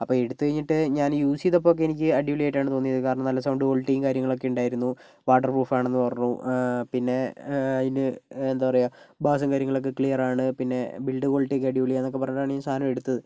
അപ്പോൾ എടുത്ത് കഴിഞ്ഞിട്ട് ഞാൻ ഈ യൂസ് ചെയ്തപ്പോൾ എനിക്ക് അടിപൊളിയായിട്ടാണ് തോന്നിയത് കാരണം സൗണ്ട് ക്വാളിറ്റി കാര്യങ്ങൾ ഒക്കെ ഉണ്ടായിരുന്നു വാട്ടർ പ്രൂഫ് ആണെന്ന് പറഞ്ഞു പിന്നെ അതിന് എന്താ പറയുക ബാസും കാര്യങ്ങളൊക്കെ ക്ലീയറാണ് പിന്നെ ബിൽഡ് ക്വാളിറ്റി ഒക്കെ അടിപൊളിയാണ് എന്നൊക്കെ പറഞ്ഞാണ് സാധനം എടുത്തത്